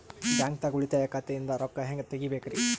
ಬ್ಯಾಂಕ್ದಾಗ ಉಳಿತಾಯ ಖಾತೆ ಇಂದ್ ರೊಕ್ಕ ಹೆಂಗ್ ತಗಿಬೇಕ್ರಿ?